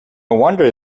wonder